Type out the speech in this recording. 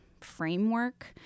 framework